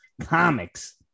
comics